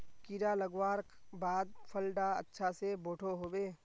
कीड़ा लगवार बाद फल डा अच्छा से बोठो होबे?